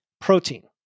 Protein